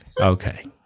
Okay